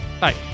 Bye